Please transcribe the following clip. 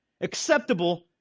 acceptable